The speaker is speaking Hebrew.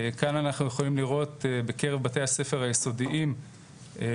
כאן אנחנו יכולים לראות בקרב בתי הספר היסודיים ששיעור